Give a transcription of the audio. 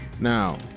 now